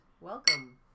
welcome